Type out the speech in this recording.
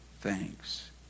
thanks